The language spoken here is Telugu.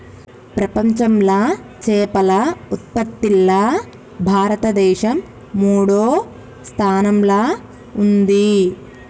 ప్రపంచంలా చేపల ఉత్పత్తిలా భారతదేశం మూడో స్థానంలా ఉంది